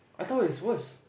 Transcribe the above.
I thought it's worse